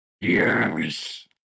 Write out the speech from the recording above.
Yes